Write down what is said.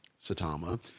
Satama